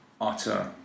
utter